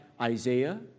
Isaiah